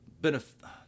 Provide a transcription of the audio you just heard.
benefit